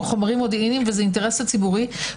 חומרים מודיעיניים וזה אינטרס ציבורי,